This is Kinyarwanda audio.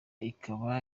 ikaba